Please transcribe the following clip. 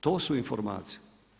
To su informacije.